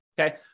okay